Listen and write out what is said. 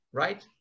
right